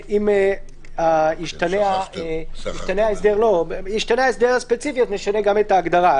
אם ישתנה ההסדר הספציפי נשנה גם את ההגדרה.